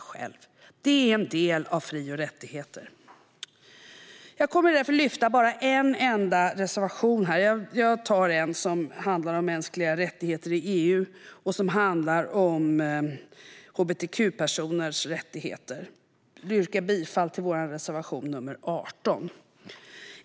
Det är en del av fri och rättigheter. Jag kommer därför att lyfta fram bara en enda reservation här. Jag tar en som handlar mänskliga rättigheter i EU och hbtq-personers rättigheter. Jag yrkar bifall till vår reservation nr 18.